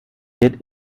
wird